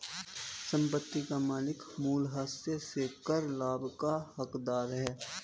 संपत्ति का मालिक मूल्यह्रास से कर लाभ का हकदार है